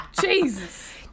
jesus